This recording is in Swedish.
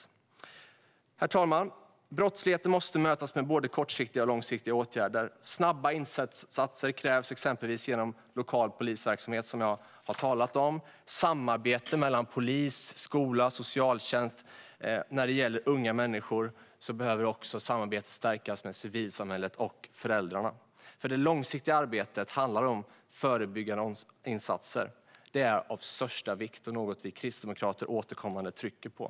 Herr talman! Brottsligheten måste mötas med både kortsiktiga och långsiktiga åtgärder. Snabba insatser krävs exempelvis genom lokal polisverksamhet, som jag har talat om. Det behövs samarbete mellan polis, skola och socialtjänst. När det gäller unga människor behöver samarbetet stärkas med civilsamhället och föräldrarna. Det långsiktiga arbetet handlar om förebyggande insatser. De är av största vikt och något vi kristdemokrater återkommande trycker på.